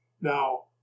Now